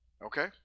Okay